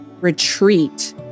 retreat